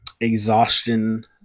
exhaustion